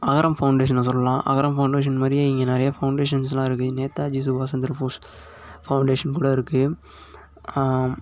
அகரம் ஃபவுண்டேஷனை சொல்லலாம் அகரம் ஃபவுண்டேஷன் மாதிரியே இங்கே நிறைய ஃபவுண்டேஷன்ஸெலாம் இருக்குது நேதாஜி சுபாஷ் சந்திர போஸ் ஃபவுண்டேஷன் கூட இருக்குது